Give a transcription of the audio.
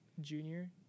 junior